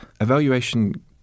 evaluation